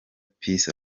peace